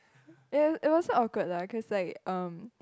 it it wasn't awkward lah cause like um